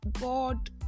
god